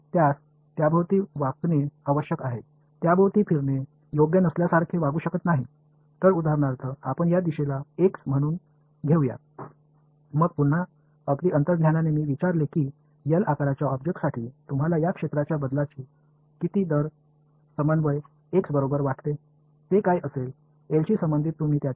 அதைச் சுற்றி வளைக்க வேண்டும் என்பது உங்களுக்குத் தெரியும் அதைச் சுற்றி திருப்பவும் அது இல்லாதது போல் அது நடந்து கொள்ள முடியாது எனவே உதாரணமாக இந்த திசையை x ஆக எடுத்துக்கொள்வோம் மீண்டும் மிகவும் உள்ளுணர்வாக நான் உங்களிடம் L அளவுள்ள ஒரு பொருளைக் கேட்டால் புலத்தின் இந்த மாற்ற விகிதம் அந்த ஒருங்கிணைப்பு x உடன் எவ்வளவு என்று நீங்கள் நினைக்கிறீர்கள்